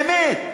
באמת,